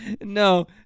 No